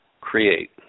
create